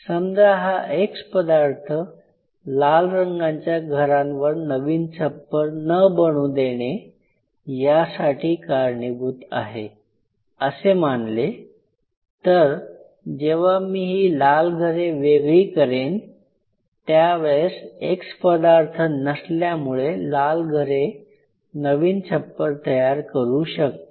समजा हा "x" पदार्थ लाल रंगांच्या घरांवर नवीन छप्पर न बनू देणे यासाठी कारणीभूत आहे असे मानले तर जेव्हा मी ही लाल घरे वेगळी करेन त्यावेळेस "x" पदार्थ नसल्यामुळे लाल घरे नवीन छप्पर तयार करू शकतील